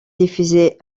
diffusés